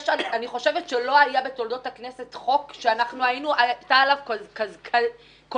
אני חושבת שלא היה בתולדות הכנסת הצעת חוק שהיה עליה כזה קונצנזוס,